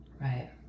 Right